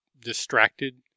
distracted